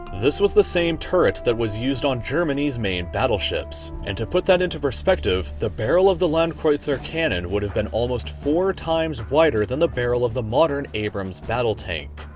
this was the same turret that was used on germany's main battle ships. and to put that into perspective, the barrel of the landkreuzer's cannon would have been almost four times wider than the barrel of the modern abrams battle tank.